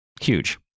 huge